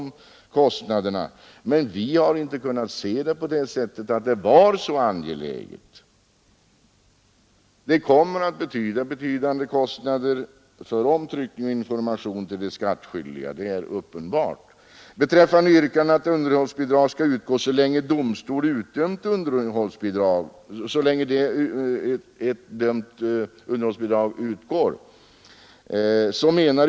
Men vi inom utskottsmajoriteten har inte kunnat anse att denna ändring skulle vara så angelägen. Det kommer att medföra betydande kostnader för omtryckning och information till de skattskyldiga — det är uppenbart.